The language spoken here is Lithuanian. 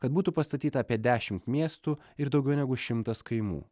kad būtų pastatyta apie dešimt miestų ir daugiau negu šimtas kaimų